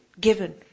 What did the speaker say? given